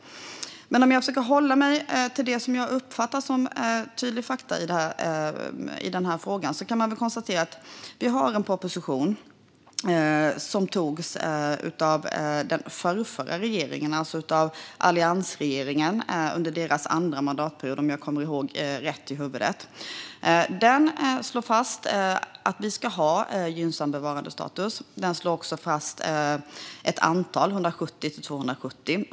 Men om jag försöker hålla mig till det som jag uppfattar som tydliga fakta i den här frågan kan jag konstatera att vi har en proposition som lades fram av den förrförra regeringen, alltså av alliansregeringen, under deras andra mandatperiod, om jag kommer ihåg rätt. Den slår fast att vi ska ha gynnsam bevarandestatus. Den slår också fast ett antal, 170-270.